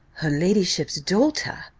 her ladyship's daughter!